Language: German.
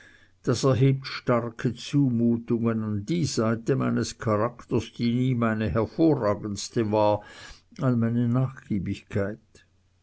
das erhebt starke zumutungen an die seite meines charakters die nie meine hervorragendste war an meine nachgiebigkeit